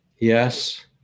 Yes